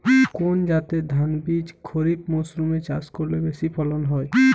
কোন জাতের ধানবীজ খরিপ মরসুম এ চাষ করলে বেশি ফলন হয়?